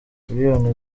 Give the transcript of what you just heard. miliyoni